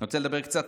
אני רוצה לדבר קצת,